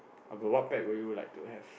uh but what pet would you like to have